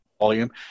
volume